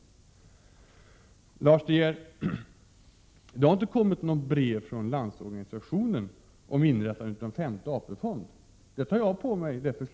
Till Lars De Geer: Det har inte kommit något brev från Landsorganisationen om inrättande av en femte AP-fond. Det förslaget tar jag på mig.